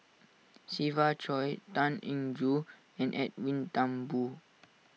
Siva Choy Tan Eng Joo and Edwin Thumboo